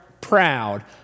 proud